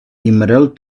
emerald